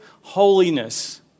holiness